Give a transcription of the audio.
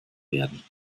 werden